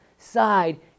Side